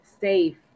safe